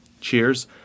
Cheers